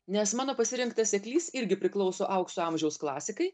nes mano pasirinktas seklys irgi priklauso aukso amžiaus klasikai